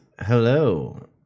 Hello